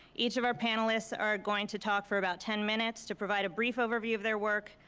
each of our panelists are going to talk for about ten minutes to provide a brief overview of their work,